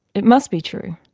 it must be true.